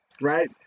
right